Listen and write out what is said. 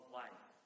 life